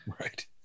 right